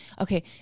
Okay